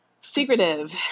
secretive